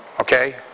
okay